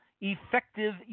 effective